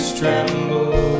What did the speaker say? tremble